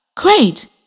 Great